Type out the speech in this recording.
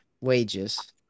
wages